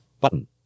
button